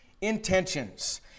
intentions